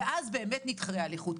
ואז באמת נתחרה על איכות,